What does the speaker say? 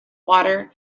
water